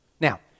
Now